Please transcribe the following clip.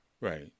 Right